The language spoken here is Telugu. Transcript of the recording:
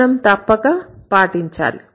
మనం తప్పక పాటించాలి